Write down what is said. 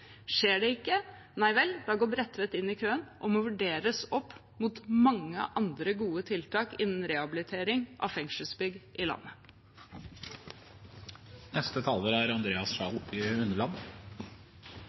Skjer det ikke, nei vel, da går Bredtvet inn i køen og må vurderes opp mot mange andre gode tiltak innen rehabilitering av fengselsbygg i landet. Representanten Andreas